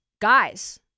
guys